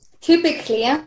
typically